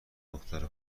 دختر